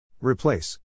Replace